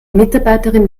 mitarbeiterin